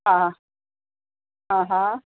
हा हा हा